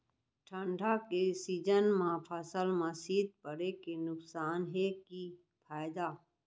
ठंडा के सीजन मा फसल मा शीत पड़े के नुकसान हे कि फायदा?